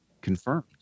confirmed